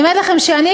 אני אומרת לכם שאני,